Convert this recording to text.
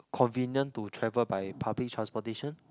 convenient to travel by public transportation